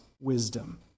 wisdom